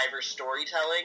storytelling